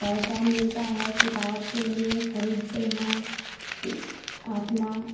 पैसा मिलता है किताब के लिए खरीदते हैं कि अपना